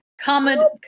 Common